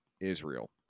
Israel